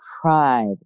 pride